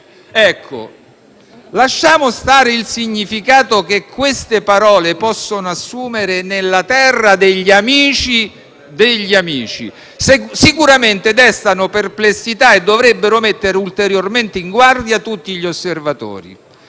Lasciamo stare il significato che queste parole possono assumere nella terra degli amici degli amici. Sicuramente destano perplessità e dovrebbero mettere ulteriormente in guardia tutti gli osservatori.